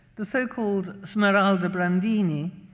the so-called smeralda brandini,